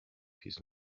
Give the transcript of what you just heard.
his